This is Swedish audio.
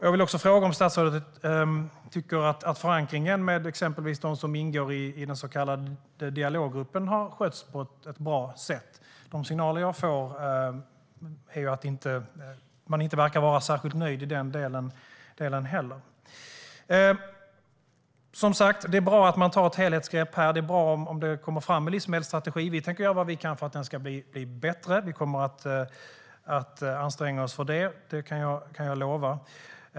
Jag vill också fråga om statsrådet tycker att förankringen med exempelvis dem som ingår i den så kallade dialoggruppen har skötts på ett bra sätt. De signaler jag får är att man inte verkar vara särskilt nöjd där heller. Det är som sagt bra att regeringen tar ett helhetsgrepp här, och det är bra om det kommer en livsmedelsstrategi. Vi tänker göra vad vi kan för att den ska bli bättre. Vi kommer att anstränga oss för det; det kan jag lova.